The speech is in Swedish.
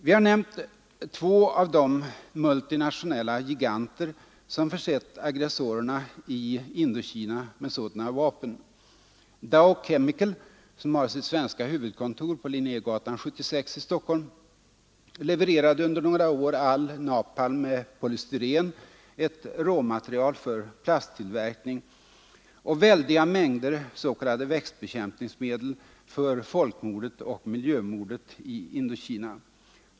Vi har nämnt två av de multinationella giganter som försett aggressorerna i Indokina med sådana vapen. Dow Chemical, som har sitt svenska huvudkontor på Linnégatan 76 i Stockholm, levererade under några år all napalm med polystyren, ett råmaterial för plasttillverkning, och väldiga mängder s.k. växtbekämpningsmedel för folkmordet och miljömordet i Indokina.